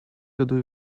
году